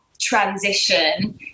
transition